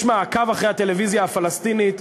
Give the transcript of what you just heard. יש מעקב אחרי הטלוויזיה הפלסטינית,